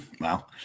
wow